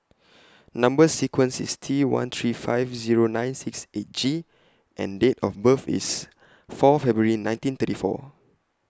Number sequence IS T one three five Zero nine six eight G and Date of birth IS four February nineteen thirty four